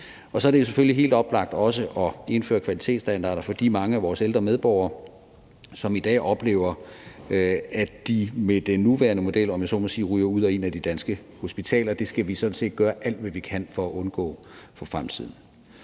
Og så er det selvfølgelig helt oplagt også at indføre kvalitetsstandarder for de mange af vores ældre medborgere, som i dag oplever, at de med den nuværende model ryger ud og ind af de danske hospitaler, om jeg så må sige. Det skal vi sådan set gøre alt, hvad vi kan, for at undgå for fremtiden.